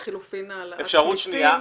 או לחלופין העלאת מיסוי.